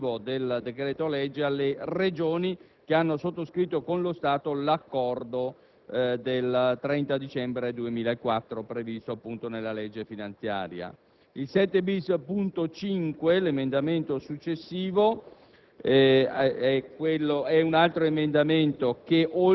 intende non applicare il comma relativo del decreto-legge alle Regioni che hanno sottoscritto con lo Stato l'accordo del 30 dicembre 2004, previsto nella legge finanziaria.